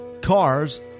Cars